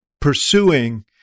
pursuing